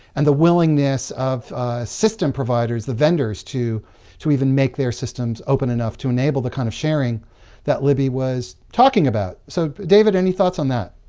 and the willingness of system providers, the vendors, to to even make their systems open enough to enable the kind of sharing that libbie was talking about. so, david, any thoughts on that?